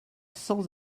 sans